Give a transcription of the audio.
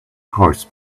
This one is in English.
horse